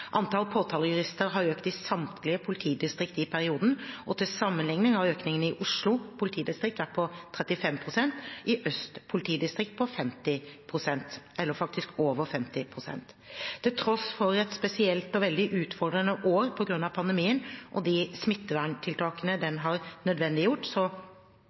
Antall påtalejurister har økt i samtlige politidistrikt i perioden, og til sammenligning har økningen i Oslo politidistrikt vært på 35 pst. og i Øst politidistrikt på 50 pst., eller faktisk over 50 pst. Til tross for et spesielt og veldig utfordrende år på grunn av pandemien og de smitteverntiltakene den